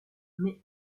mais